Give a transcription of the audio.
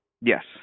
Yes